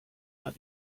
not